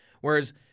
Whereas